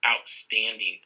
outstanding